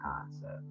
concept